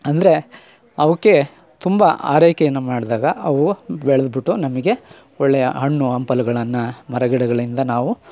ಅಂದರೆ ಅವಕ್ಕೆ ತುಂಬ ಆರೈಕೆಯನ್ನು ಮಾಡಿದಾಗ ಅವು ಬೆಳ್ದು ಬಿಟ್ಟು ನಮಗೆ ಒಳ್ಳೆಯ ಹಣ್ಣು ಹಂಪಲುಗಳನ್ನ ಮರಗಿಡಗಳಿಂದ ನಾವು